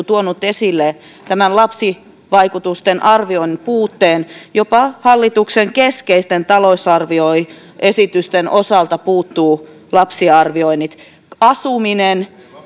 tuonut esille tämän lapsivaikutusten arvioinnin puutteen jopa hallituksen keskeisten talousarvioesitysten osalta puuttuvat lapsiarvioinnit asuminen